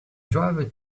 driver